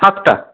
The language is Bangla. সাতটা